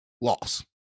loss